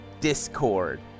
discord